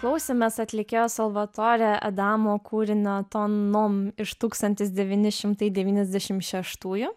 klausėmės atlikėjos salvatore adamo kūrinio ton nom iš tūkstantis devyni šimtai devyniasdešim šeštųjų